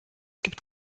gibt